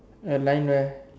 a line where